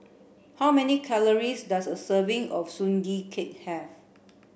how many calories does a serving of Sugee Cake have